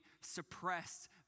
suppressed